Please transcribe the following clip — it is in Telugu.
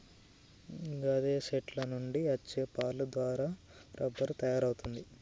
గాదె సెట్ల నుండి అచ్చే పాలు దారా రబ్బరు తయారవుతుంది